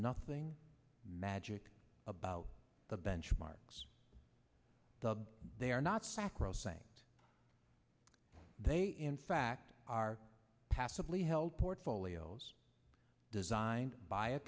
nothing magic about the benchmarks they are not sacrosanct they in fact are passably held portfolios designed by a